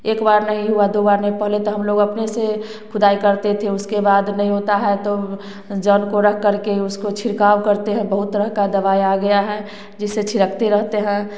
एकबार नहीं हुआ दो बार नहीं हुआ पहले तो हम लोग अपने से खुदाई करते थे उसके बाद नहीं होता है तो जल को रखकर के उसको छिड़काव करते हैं बहुत तरह का दवाई आ गया है जिसे छिड़कते रहते हैं